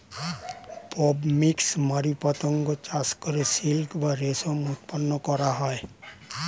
Bombyx mori পতঙ্গ চাষ করে সিল্ক বা রেশম উৎপন্ন করা হয়